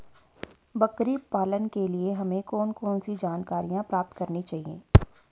बकरी पालन के लिए हमें कौन कौन सी जानकारियां प्राप्त करनी चाहिए?